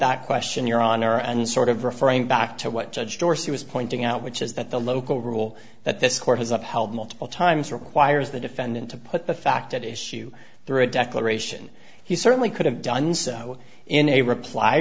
that question your honor and sort of referring back to what judge dorsey was pointing out which is that the local rule that this court has upheld multiple times requires the defendant to put the fact at issue there a declaration he certainly could have done so in a reply